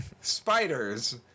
spiders